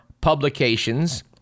publications